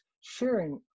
sharing